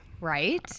Right